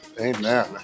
Amen